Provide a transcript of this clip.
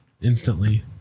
instantly